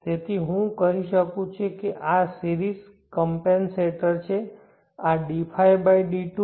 તેથી હું કહી શકું છું કે આ સિરીઝકમપેનસેટરછે